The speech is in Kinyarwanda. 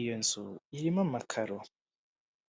iyo nzu irimo amakaro.